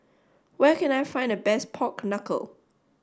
where can I find the best Pork Knuckle